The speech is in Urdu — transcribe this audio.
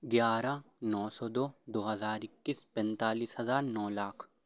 گیارہ نو سو دو دو ہزار اکیس پنتالیس ہزار نو لاکھ